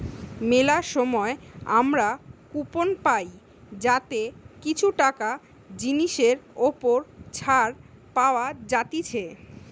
মেলা সময় আমরা কুপন পাই যাতে কিছু টাকা জিনিসের ওপর ছাড় পাওয়া যাতিছে